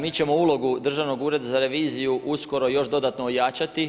Mi ćemo ulogu Državnog ureda za reviziju uskoro još dodatno ojačati.